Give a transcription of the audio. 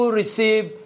receive